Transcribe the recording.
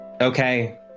okay